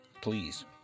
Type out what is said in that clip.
Please